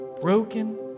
broken